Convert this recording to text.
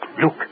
Look